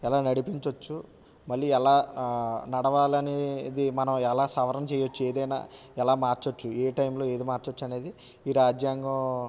ఎలా నడిపించ వచ్చు మళ్ళీ ఎలా నడవాలి అనేది మనం ఎలా సవరణ చేయవచ్చు ఏది అయినా ఎలా మార్చవచ్చు ఏ టైమ్లో ఏది మార్చవచ్చు అనేది ఈ రాజ్యాంగం